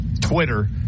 twitter